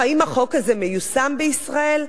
אך האם החוק הזה מיושם בישראל?